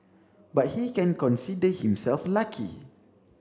but he can consider himself lucky